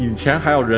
and shanghai.